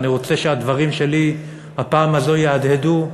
מכיוון שאני רוצה שהדברים שלי הפעם הזאת יהדהדו,